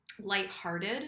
lighthearted